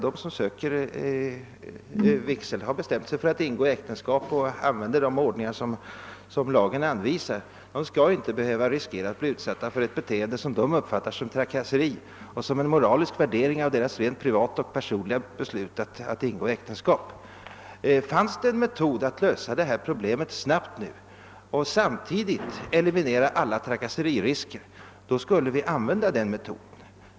De människor som bestämt sig för att ingå äktenskap och önskar vigsel i den ordning som lagen anvisar skall inte behöva bli utsatta för ett beteende som de uppfattar som trakasseri och som en moralisk värdering av deras rent privata och personliga beslut att ingå äktenskap. Om det fanns en metod att snabbt lösa detta problem, varigenom man samtidigt eliminerade alla risker för tra kasseri, skulle vi använda den metoden.